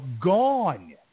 gone